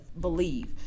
believe